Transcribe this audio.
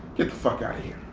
get the fuck outta here.